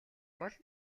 бол